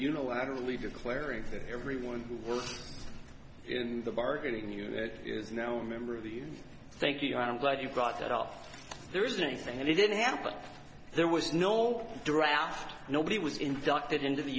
unilaterally declaring that everyone who works in the bargaining unit is now a member of the thank you i'm glad you brought it up there isn't anything and it didn't happen there was no draft nobody was inducted into the